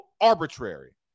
arbitrary